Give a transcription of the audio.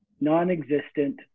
non-existent